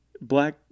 black